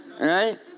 right